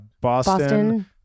Boston